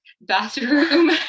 bathroom